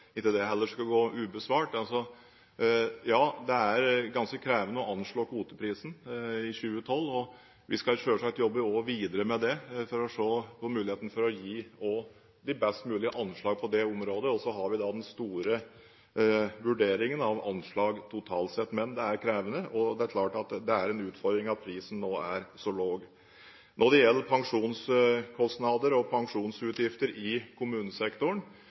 ikke det skal stå ubesvart. Ja, det er ganske krevende å anslå kvoteprisen i 2012. Vi skal selvsagt jobbe videre med det for å se på muligheten for å gi de best mulige anslag på det området, og så har vi da den store vurderingen av anslag totalt sett. Men det er krevende, og det er klart at det er en utfordring at prisen nå er så lav. Når det gjelder pensjonskostnader og pensjonsutgifter i kommunesektoren,